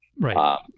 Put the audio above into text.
Right